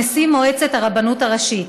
נשיא מועצת הרבנות הראשית.